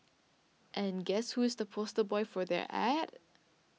and guess who is the poster boy for their ad